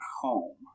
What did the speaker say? home